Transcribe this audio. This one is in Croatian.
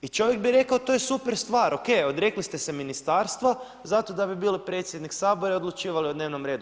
I čovjek bi rekao to je super stvar ok odrekli ste se ministarstva zato da bi bili predsjednik Sabora i odlučivali o dnevnom redu.